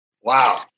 Wow